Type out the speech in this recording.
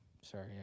sorry